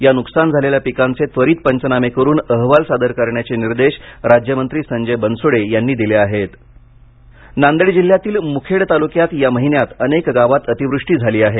या नुकसान झालेल्या पिकांचे त्वरित पंचनामे करून अहवाल सादर करण्याचे निर्देश राज्यमंत्री संजय बनसोडे यांनी दिले आहेत नांदेड अतिवृष्टी नांदेड जिल्ह्यातील मुखेड तालुक्यात या महिन्यात अनेक गावात अतिवृष्टी झाली आहे